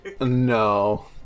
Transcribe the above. No